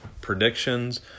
Predictions